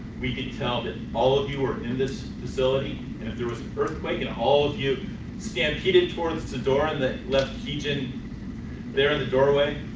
we can tell that all of you are in this facility and if there was earthquake and all of you stampeded towards the door on the left heejin there in the doorway